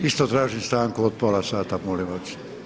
Isto tražim stanku od pola sata molim vas.